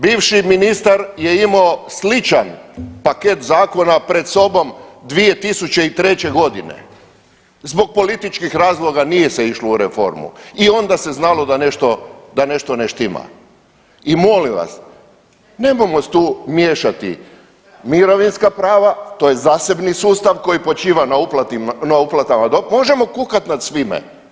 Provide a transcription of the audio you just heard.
Bivši ministar je imao sličan paket zakona pred sobom 2003. g. Zbog političkih razloga nije se išlo u reformu i onda se znalo da nešto, da nešto ne štima i molim vas, nemojmo tu miješati mirovinska prava, to je zasebni sustav koji počiva na uplatama .../nerazumljivo/... možemo kukati nad svime.